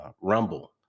Rumble